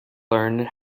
learn